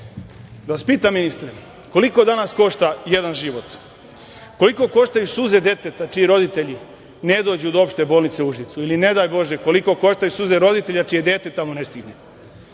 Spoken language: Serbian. vas pitam, ministre, koliko danas košta jedan život? Koliko koštaju suze deteta čiji roditelji ne dođu do opšte bolnice u Užicu ili, ne daj bože, koliko koštaju suze roditelja čije dete tamo ne stigne?